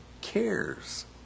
cares